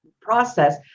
process